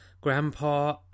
Grandpa